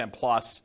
plus